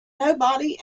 nobody